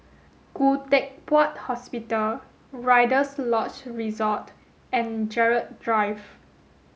Khoo Teck Puat Hospital Rider's Lodge Resort and Gerald Drive